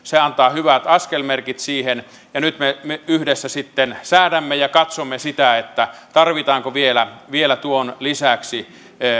antaa hyvät askelmerkit siihen ja nyt me yhdessä sitten säädämme ja katsomme sitä tarvitaanko vielä vielä tuon lisäksi